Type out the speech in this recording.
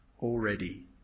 already